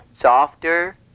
Softer